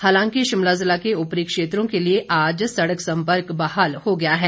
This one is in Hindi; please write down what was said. हालांकि शिमला जिला के उपरी क्षेत्रों के लिए आज सड़क सम्पर्क बहाल हो गया है